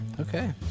Okay